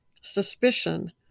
suspicion